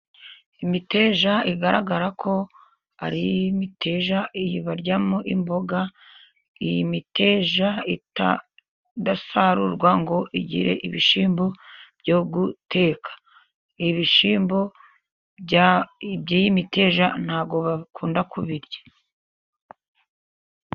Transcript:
Imiteja igaragara ko ari imiteja iyi baryamo imboga, iyi miteja idasarurwa ngo igire ibishyimbo byo guteka, ibishyimbo by'iy'imiteja, ntabwo bakunda kubirya.